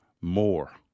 more